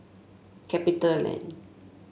Capitaland